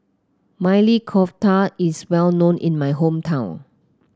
Maili Kofta is well known in my hometown